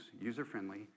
user-friendly